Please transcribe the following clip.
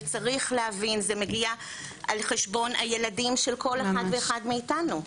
וצריך להבין זה מגיע על חשבון הילדים של כל אחת ואחד מאיתנו,